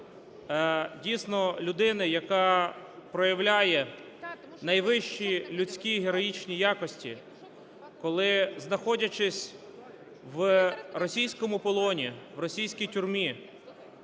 дійсно, людини, яка проявляє найвищі людські героїчні якості, коли знаходячись в російському полоні, в російській тюрмі,